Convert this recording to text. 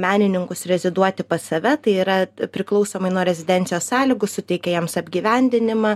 menininkus reziduoti pas save tai yra priklausomai nuo rezidencijos sąlygų suteikia jiems apgyvendinimą